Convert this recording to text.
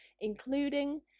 including